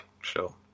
show